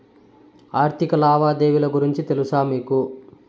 ఆర్థిక లావాదేవీల గురించి తెలుసా మీకు